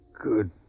Good